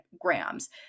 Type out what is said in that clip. grams